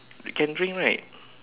can drink right